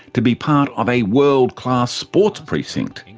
to be part of a world class sports precinct,